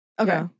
Okay